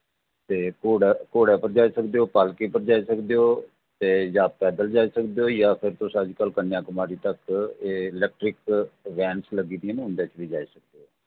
ते घोड़े पर जाई सकदे ओ पालकी पर जाई सकदे ओ ते जां पैदल जाई सकदे ओ जां फिर तुस अज कल्ल कन्याकुमारी तक एह् इलैक्ट्रिक वैन्स लग्गी दियां न उं'दे च बी जाई सकदे ओ